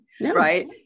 right